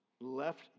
Left